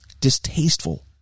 distasteful